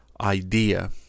idea